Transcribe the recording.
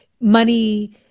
money